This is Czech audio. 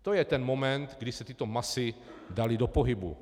To je ten moment, kdy se tyto masy daly do pohybu.